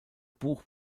buch